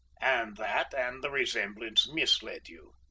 and that and the resemblance misled you.